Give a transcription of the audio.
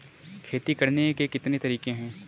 खेती करने के कितने तरीके हैं?